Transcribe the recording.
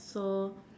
so